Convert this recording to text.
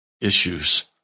issues